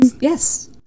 Yes